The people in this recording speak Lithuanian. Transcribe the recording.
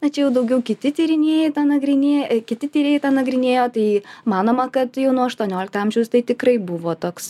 na čia jau daugiau kiti tyrinėja tą nagrinėja kiti tyrėjai tą nagrinėjo tai manoma kad jau nuo aštuoniolikto amžiaus tai tikrai buvo toks